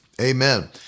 Amen